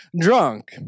drunk